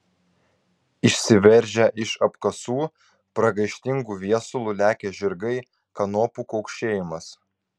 išsiveržę iš apkasų pragaištingu viesulu lekią žirgai kanopų kaukšėjimas